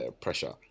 pressure